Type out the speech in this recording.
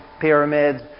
pyramids